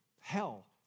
hell